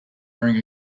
wearing